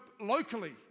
locally